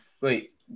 Wait